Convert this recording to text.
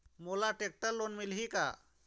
मोला tractor loan मिलही का?